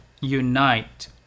unite